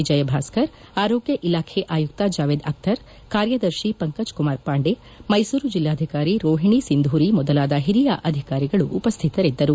ವಿಜಯಭಾಸ್ಕರ್ ಆರೋಗ್ಯ ಇಲಾಖೆ ಆಯುಕ್ತ ಜಾವೇದ್ ಅಖ್ತರ್ ಕಾರ್ಯದರ್ಶಿ ಪಂಕಜ್ಕುಮಾರ್ ಪಾಂಡೆ ಮೈಸೂರು ಜಿಲ್ಲಾಧಿಕಾರಿ ರೋಹಿಣಿ ಸಿಂಧೂರಿ ಮೊದಲಾದ ಹಿರಿಯ ಅಧಿಕಾರಿಗಳು ಉಪಸ್ದಿತರಿದ್ದರು